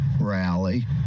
rally